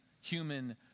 human